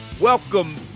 Welcome